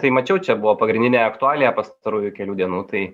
tai mačiau čia buvo pagrindinė aktualija pastarųjų kelių dienų tai